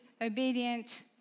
obedient